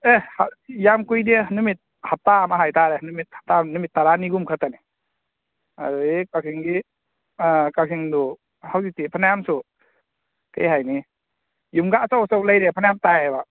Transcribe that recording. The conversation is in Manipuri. ꯑꯦ ꯌꯥꯝ ꯀꯨꯏꯗꯦ ꯅꯨꯃꯤꯠ ꯍꯥꯞꯇꯥ ꯑꯃ ꯍꯥꯏꯇꯥꯔꯦ ꯅꯨꯃꯤꯠ ꯍꯥꯞꯇꯥ ꯑꯃ ꯅꯨꯃꯤꯠ ꯇꯔꯥꯅꯤꯒꯨꯝ ꯈꯛꯇꯅꯤ ꯑꯗꯨꯗꯒꯤ ꯀꯛꯆꯤꯡꯒꯤ ꯑꯥ ꯀꯛꯆꯤꯡꯗꯨ ꯍꯧꯖꯤꯛꯇꯤ ꯐꯅꯥꯌꯥꯝꯁꯨ ꯀꯔꯤ ꯍꯥꯏꯅꯤ ꯌꯨꯝꯒ ꯑꯆꯧ ꯑꯆꯧ ꯂꯩꯔꯦ ꯐꯅꯥ ꯌꯥꯝ ꯇꯥꯏꯌꯦꯕ